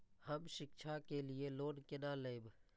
हम शिक्षा के लिए लोन केना लैब?